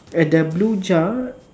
at the blue jar